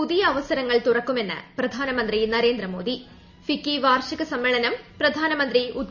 പുതിയ അവസരങ്ങൾ തുറക്കുമെന്ന് പ്രധാനമന്ത്രി നരേന്ദ്രമോദി ഫിക്കി വാർഷിക സമ്മേളനം പ്രധാനമന്ത്രി ഉദ്ഘാടനം ചെയ്തു